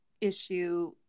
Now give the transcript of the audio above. issue